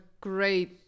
great